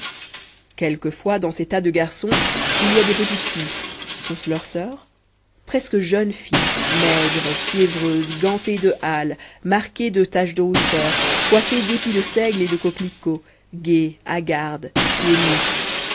quelquefois dans ces tas de garçons il y a des petites filles sont-ce leurs soeurs presque jeunes filles maigres fiévreuses gantées de hâle marquées de taches de rousseur coiffées d'épis de seigle et de coquelicots gaies hagardes pieds nus